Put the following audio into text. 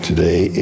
Today